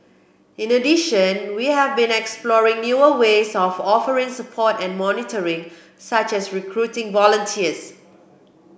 in addition we have been exploring newer ways of offering support and monitoring such as recruiting volunteers